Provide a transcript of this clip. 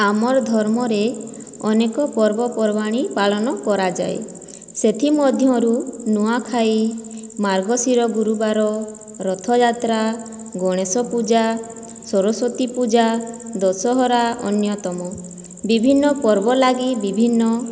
ଆମର ଧର୍ମରେ ଅନେକ ପର୍ବପର୍ବାଣି ପାଳନ କରାଯାଏ ସେଥିମଧ୍ୟରୁ ନୂଆଁଖାଇ ମାର୍ଗଶିର ଗୁରୁବାର ରଥଯାତ୍ରା ଗଣେଶ ପୂଜା ସରସ୍ଵତୀ ପୂଜା ଦଶହରା ଅନ୍ୟତମ ବିଭିନ୍ନ ପର୍ବ ଲାଗି ବିଭିନ୍ନ